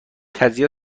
تجزیه